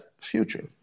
future